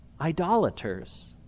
idolaters